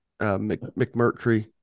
McMurtry